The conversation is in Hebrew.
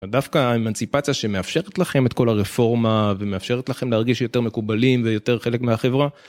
דווקא האמנסיפציה שמאפשרת לכם את כל הרפורמה ומאפשרת לכם להרגיש יותר מקובלים ויותר חלק מהחברה...